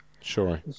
Sure